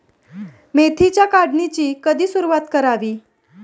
मेथीच्या काढणीची कधी सुरूवात करावी?